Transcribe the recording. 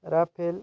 raphael